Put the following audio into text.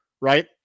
right